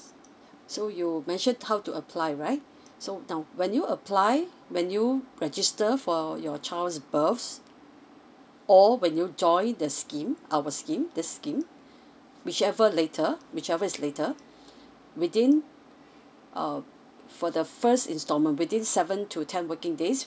so you mention how to apply right so now when you apply when you register for your child's births or when you join the scheme our scheme this scheme whichever later whichever is later within uh for the first instalment within seven to ten working days